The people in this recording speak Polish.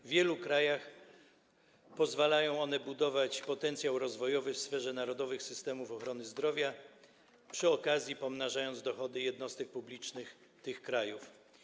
W wielu krajach pozwalają one budować potencjał rozwojowy w sferze narodowych systemów ochrony zdrowia, pomnażając przy okazji dochody jednostek publicznych tych krajów.